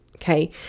Okay